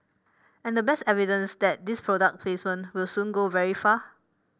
and the best evidence that this product placement will soon go very far